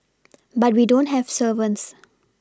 but we don't have servants